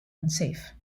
unsafe